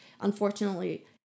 unfortunately